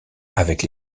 avec